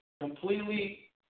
completely